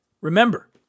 Remember